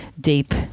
deep